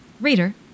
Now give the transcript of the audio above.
reader